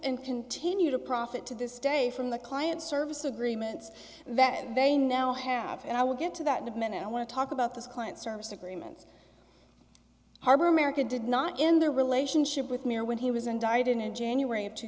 and continue to profit to this day from the client service agreements that they now have and i will get to that in a minute i want to talk about this client service agreements harber america did not end the relationship with me or when he was indicted in january of two